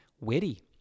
witty